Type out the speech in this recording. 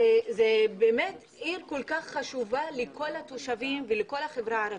זאת עיר כל כך חשובה לכל התושבים ולכל החברה הערבית.